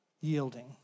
Yielding